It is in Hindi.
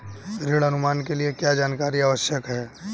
ऋण अनुमान के लिए क्या जानकारी आवश्यक है?